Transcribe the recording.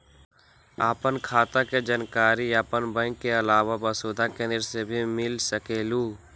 आपन खाता के जानकारी आपन बैंक के आलावा वसुधा केन्द्र से भी ले सकेलु?